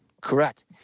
Correct